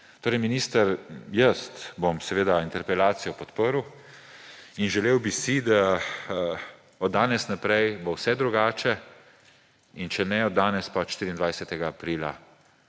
nami. Minister, jaz bom seveda interpelacijo podprl in želel bi si, da od danes naprej bo vse drugače. In če ne od danes, pa od 24. aprila,